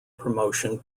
promotion